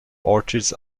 orchids